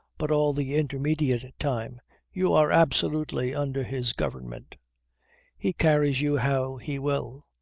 but all the intermediate time you are absolutely under his government he carries you how he will,